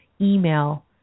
email